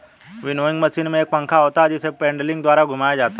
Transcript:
winnowing machine में एक पंखा होता है जिसे पेडलिंग द्वारा घुमाया जाता है